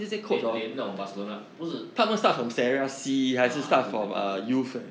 连连那种 barcelona 不是 ah 对对对对